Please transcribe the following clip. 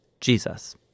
Jesus